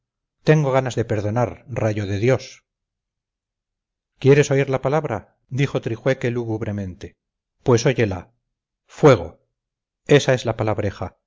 tengo ganas de perdonar rayo de dios quieres oír la palabra dijo trijueque lúgubremente pues óyela fuego esa es la palabreja